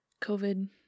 covid